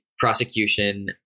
prosecution